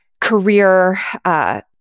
career